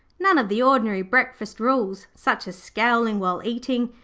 none of the ordinary breakfast rules, such as scowling while eating,